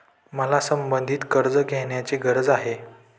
मला संबंधित कर्ज घेण्याची गरज आहे